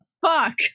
fuck